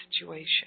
situation